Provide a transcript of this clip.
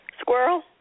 Squirrel